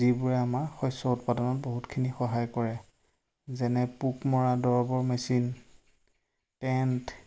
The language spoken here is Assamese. যিবোৰে আমাৰ শস্য উৎপাদনত বহুতখিনি সহায় কৰে যেনে পোক মৰা দৰবৰ মেচিন টেণ্ট